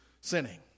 sinning